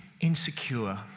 insecure